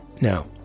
Now